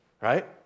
right